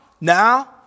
now